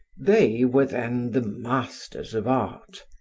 they were then the masters of art.